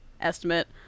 estimate